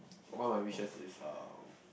what my wishes is uh